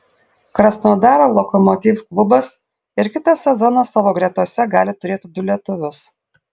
krasnodaro lokomotiv klubas ir kitą sezoną savo gretose gali turėti du lietuvius